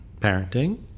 parenting